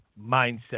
mindset